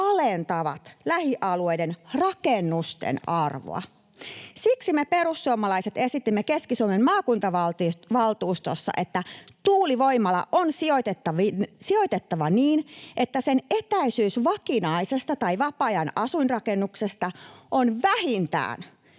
alentavat lähialueiden rakennusten arvoa. Siksi me perussuomalaiset esitimme Keski-Suomen maakuntavaltuustossa, että tuulivoimala on sijoitettava niin, että sen etäisyys vakinaisesta tai vapaa-ajan asuinrakennuksesta on vähintään